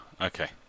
okay